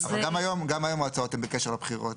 אבל גם היום ההצעות הן בקשר לבחירות,